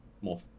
more